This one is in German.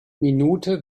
minute